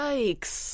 Yikes